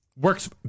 Works